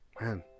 man